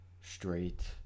straight